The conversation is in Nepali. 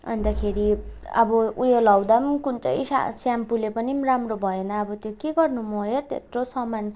अन्तखेरि अब उयो लाउँदा पनि कुन चाहिँ स्या स्याम्पूले पनि राम्रो भएन अब त्यो म के गर्नु हेर त्यत्रो सामान